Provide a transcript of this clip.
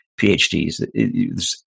PhDs